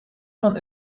van